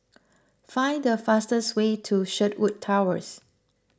find the fastest way to Sherwood Towers